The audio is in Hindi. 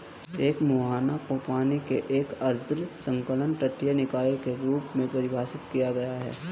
एक मुहाना को पानी के एक अर्ध संलग्न तटीय निकाय के रूप में परिभाषित किया गया है